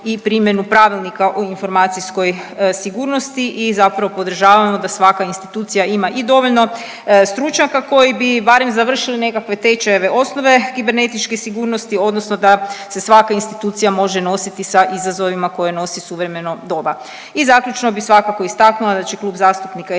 i primjenu pravilnika o informacijskoj sigurnosti i zapravo podržavamo da svaka institucija ima i dovoljno stručnjaka koji bi barem završili nekakve tečajeve osnove kibernetičke sigurnosti odnosno da se svaka institucija može nositi sa izazovima koje nosi suvremeno doba. I zaključno bi svakako istaknula da će Klub zastupnika SDP-a